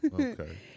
Okay